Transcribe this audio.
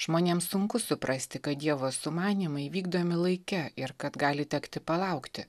žmonėms sunku suprasti kad dievo sumanymai vykdomi laike ir kad gali tekti palaukti